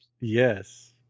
Yes